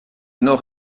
nord